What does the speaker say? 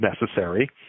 necessary